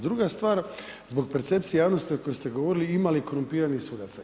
Druga stvar, zbog percepcije javnosti o kojoj ste govorili ima li korumpiranih sudaca.